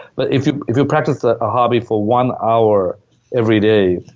but if you if you practice ah a hobby for one hour every day,